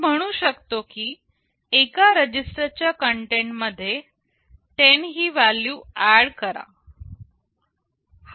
मी म्हणू शकतो की एका रजिस्टर च्या कंटेंट मध्ये 10 ही व्हॅल्यू एड करा